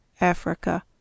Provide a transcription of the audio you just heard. Africa